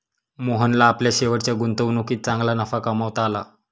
मोहनला आपल्या शेवटच्या गुंतवणुकीत चांगला नफा कमावता आला